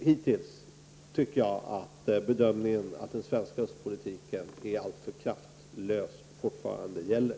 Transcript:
Hittills tycker jag att bedömningen att den svenska östpolitiken är alltför kraftlös fortfarande gäller.